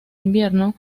invierno